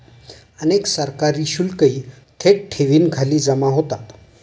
अनेक सरकारी शुल्कही थेट ठेवींखाली जमा होतात